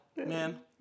Man